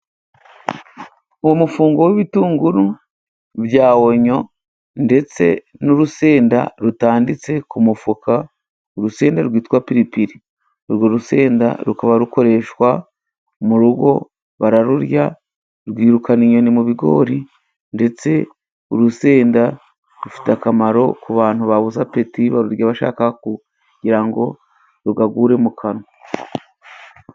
Uwo mufungo w'ibitunguru bya onyo, ndetse n'urusenda rutanditse ku mufuka, urusenda rwitwa piripiri urwo rusenda rukaba rukoreshwa mu rugo, bararurya rwirukana inyoni mu bigori, ndetse urusenda rufite akamaro ku bantu babuze apeti barurya bashaka kugira ngo rugagure mu kanwa.